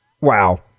Wow